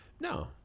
no